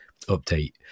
update